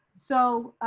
so,